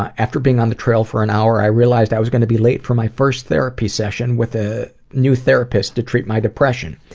after being on the trail for an hour, i realized i was going to be late for my first therapy session with a new therapist to treat my depression.